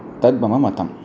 तद् मम मतम्